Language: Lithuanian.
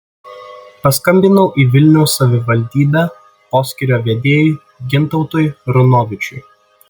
paskambinau į vilniaus savivaldybę poskyrio vedėjui gintautui runovičiui